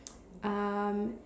um